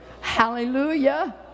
Hallelujah